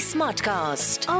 Smartcast